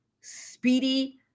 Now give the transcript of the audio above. speedy